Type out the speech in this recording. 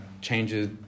changes